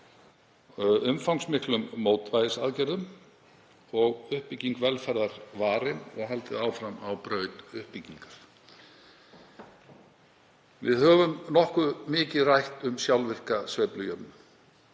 umfangsmikilla mótvægisaðgerða og uppbygging velferðar varin og haldið áfram á braut uppbyggingar. Við höfum nokkuð mikið rætt um sjálfvirka sveiflujöfnun.